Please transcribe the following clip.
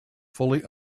fully